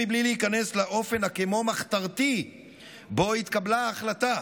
בלי להיכנס לאופן הכמו-מחתרתי שבו התקבלה ההחלטה,